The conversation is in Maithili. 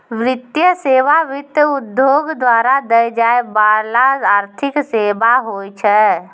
वित्तीय सेवा, वित्त उद्योग द्वारा दै जाय बाला आर्थिक सेबा होय छै